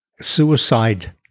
suicide